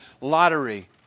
lottery